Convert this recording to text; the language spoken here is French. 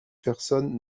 personne